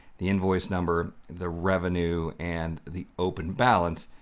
the invoice number, the revenue, and the open balance,